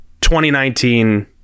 2019